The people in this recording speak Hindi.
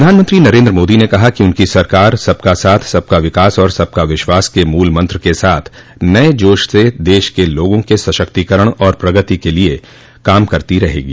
प्रधानमंत्री नरेन्द्र मोदी ने कहा कि उनकी सरकार सबका साथ सबका विकास और सबका विश्वास के मूल मंत्र के साथ नये जोश से देश के लोगों के सशक्तिकरण और प्रगति के लिये काम करती रहेगी